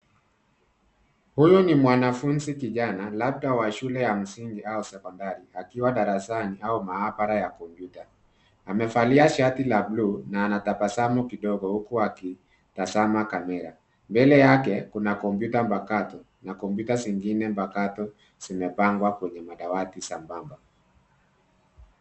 Huyu ni mwanafunzi kijana labda wa shule ya msingi au sekondari akiwa darasani au maabara ya kompyuta. Amevalia shati la bluu na anatabasamu kidogo huku akitazama kamera. Mbele yake kuna kompyuta mpakato na kompyuta zingine mpakato zimepangwa kwenye madawati sambamba.